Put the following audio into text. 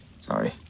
Sorry